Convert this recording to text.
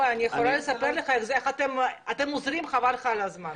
אני יכולה לספר לך איך אתם עוזרים חבל לך על הזמן.